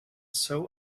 sew